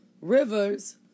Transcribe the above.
rivers